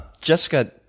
Jessica